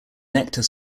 nectar